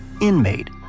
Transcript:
Inmate